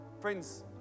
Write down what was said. Friends